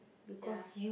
ya